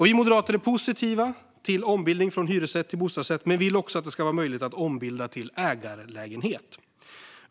Vi moderater är positiva till ombildning från hyresrätt till bostadsrätt men vill också att det ska vara möjligt att ombilda till ägarlägenhet.